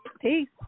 peace